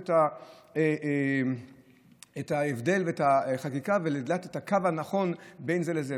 את ההבדל ואת החקיקה ולדעת את הקו הנכון בין זה לזה.